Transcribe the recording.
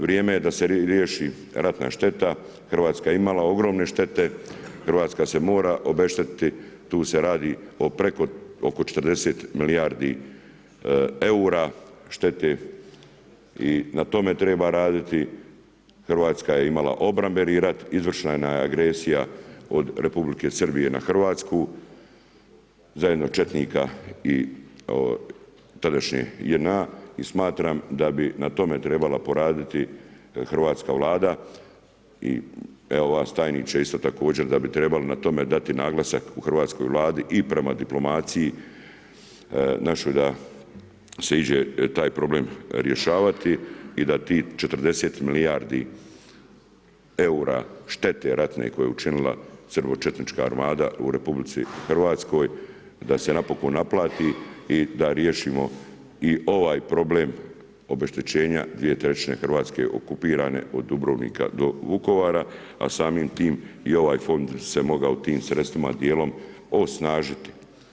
Vrijeme je da se riješi ratna šteta, Hrvatska je imala ogromnu štetu, Hrvatska se mora obeštetiti, tu se radi oko 40 milijardi eura štete i na tome treba raditi, Hrvatska je imala obrambeni rat, izvršena je agresija od Republike Srbije na Hrvatsku, zajedno četnika i tadašnje JNA i smatram da bi na tome trebala poraditi hrvatska Vlada i evo vas tajniče isto također, da bi trebali na tome dati naglasak u Hrvatskoj vladi i prema diplomaciji našoj, da se iđe taj problem rješavati i da tih 40 milijardi eura štete ratne, koja je učinili srbo četnična armada u Republici Hrvatskoj, da se napokon naplati i da riješimo i ovaj problem obeštećenja 2/3 Hrvatske okupirane od Dubrovnika do Vukovara, a samim time i ovaj fond se mogao tim sredstvima dijelom osnažiti.